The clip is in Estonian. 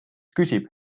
küsib